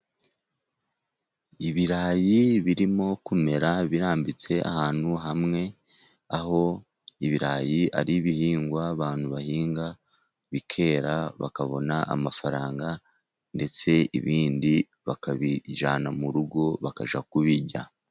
Ibirayi birimo kumera birambitse ahantu hamwe, aho ibirayi ari ibihingwa abantu bahinga, bikera bakabona amafaranga ndetse ibindi bakabijyana mu rugo bakajya kubirya.